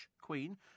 Queen